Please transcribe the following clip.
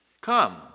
Come